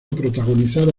protagonizar